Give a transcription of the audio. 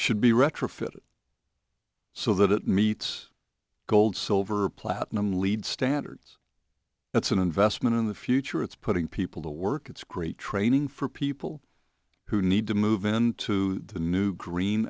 should be retrofitted so that it meets gold silver platinum lead standards it's an investment in the future it's putting people to work it's great training for people who need to move into the new green